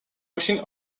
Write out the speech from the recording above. machine